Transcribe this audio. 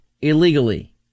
illegally